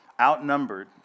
outnumbered